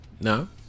No